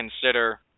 consider